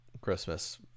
Christmas